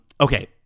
okay